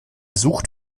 sucht